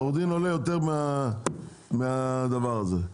והוא עולה יותר מהדבר הזה.